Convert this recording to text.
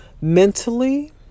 mentally